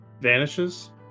vanishes